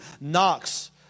knocks